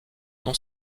non